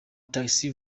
taxi